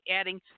adding